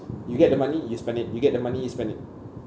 you get the money you spend it you get the money you spend it